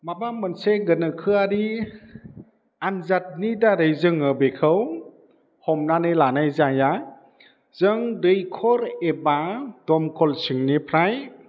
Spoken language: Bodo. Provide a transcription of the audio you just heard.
माबा मोनसे गोनोखोआरि आन्जादनि दारै जोङो बेखौ हमनानै लानाय जाया जों दैखर एबा दमखल सिंनिफ्राय